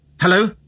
Hello